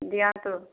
ଦିଅନ୍ତୁ